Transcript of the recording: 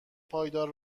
پایدار